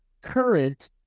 current